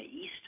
East